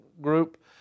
group